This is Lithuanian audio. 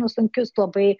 nu sunkius labai